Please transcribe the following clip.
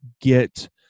get